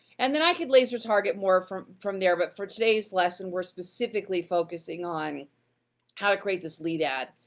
and then i could laser-target more from from there, but for today's lesson, we're specifically focusing on how to create this lead ad.